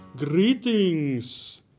Greetings